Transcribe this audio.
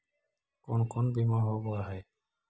कोन कोन बिमा होवय है?